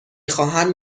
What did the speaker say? خواهم